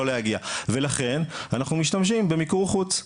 להגיע ולכן אנחנו משתמשים במיקור חוץ,